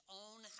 own